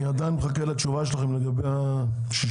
אני עדיין מחכה לתשובה שלכם לגבי ה-16%.